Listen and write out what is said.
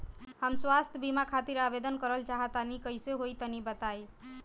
हम स्वास्थ बीमा खातिर आवेदन करल चाह तानि कइसे होई तनि बताईं?